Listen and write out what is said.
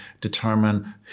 determine